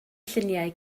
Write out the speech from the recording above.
lluniau